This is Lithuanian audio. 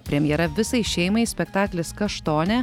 premjera visai šeimai spektaklis kaštone